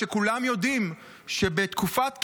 שכולם יודעים שבתקופת כהונתה,